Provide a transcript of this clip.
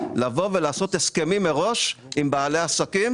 זה לבוא ולעשות הסכמים מראש עם בעלי עסקים,